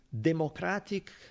Democratic